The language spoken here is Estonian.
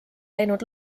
läinud